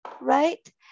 Right